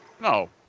No